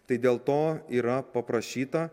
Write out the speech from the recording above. tai dėl to yra paprašyta